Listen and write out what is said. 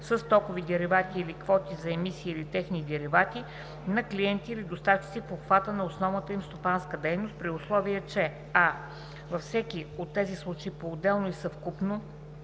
стокови деривати или квоти за емисии или техни деривати, на клиенти или доставчици в обхвата на основната им стопанска дейност, при условие че: а) във всеки от тези случаи, поотделно и съвкупно,